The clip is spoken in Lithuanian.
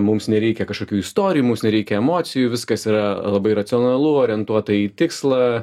mums nereikia kažkokių istorijų mums nereikia emocijų viskas yra labai racionalu orientuota į tikslą